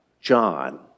John